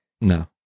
No